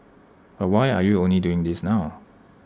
but why are you only doing this now